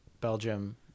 Belgium